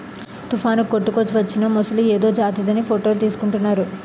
తుఫానుకు కొట్టుకువచ్చిన మొసలి ఏదో జాతిదని ఫోటోలు తీసుకుంటున్నారు